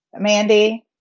Mandy